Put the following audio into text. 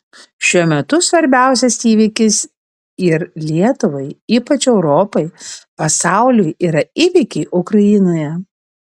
šiuo metu svarbiausias įvykis ir lietuvai ypač europai pasauliui yra įvykiai ukrainoje